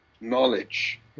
knowledge